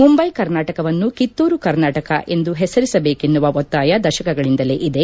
ಮುಂಬೈ ಕರ್ನಾಟಕವನ್ನು ಕಿತ್ತೂರು ಕರ್ನಾಟಕ ಎಂದು ಹೆಸರಿಸಬೇಕೆನ್ನುವ ಒತ್ತಾಯ ದಶಕಗಳಿಂದಲೇ ಇದೆ